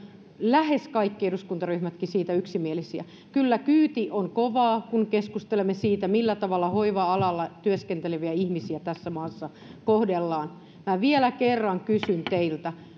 lähes kaikki eduskuntaryhmätkin siitä yksimielisiä kyllä kyyti on kovaa kun keskustelemme siitä millä tavalla hoiva alalla työskenteleviä ihmisiä tässä maassa kohdellaan minä vielä kerran kysyn teiltä